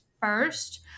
first